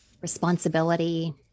responsibility